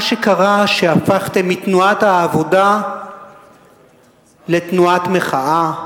מה שקרה, שהפכתם מתנועת העבודה לתנועת מחאה,